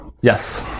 yes